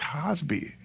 Cosby